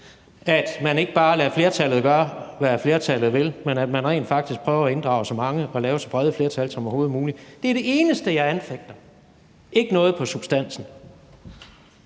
at man ikke bare lader flertallet gøre, hvad flertallet vil, men at man rent faktisk prøver at inddrage så mange som muligt og lave så brede flertal som overhovedet muligt. Det er det eneste, jeg anfægter – ikke noget i substansen.